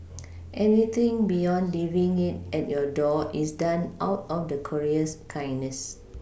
anything beyond leaving it at your door is done out of the courier's kindness